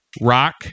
rock